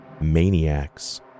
maniacs